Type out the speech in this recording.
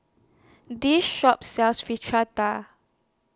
This Shop sells Fritada